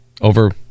over